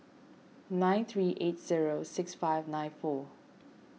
nine three eight zero six five nine four